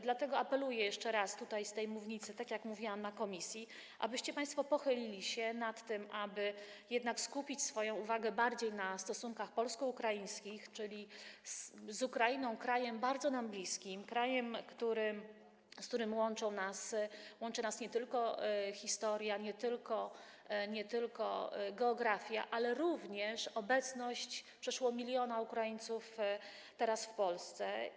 Dlatego apeluję jeszcze raz z tej mównicy, tak jak mówiłam w komisji, abyście państwo pochylili się nad tym, aby jednak skupić swoją uwagę bardziej na stosunkach polsko-ukraińskich, czyli z Ukrainą, krajem bardzo nam bliskim, krajem, z którym łączy nas nie tylko historia, nie tylko geografia, ale również obecność przeszło 1 mln Ukraińców teraz w Polsce.